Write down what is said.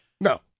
No